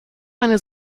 meine